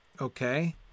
Okay